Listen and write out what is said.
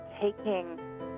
taking